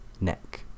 neck